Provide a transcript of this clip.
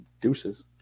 Deuces